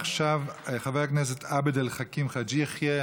עכשיו חבר הכנסת עבד אל חכים חאג' יחיא,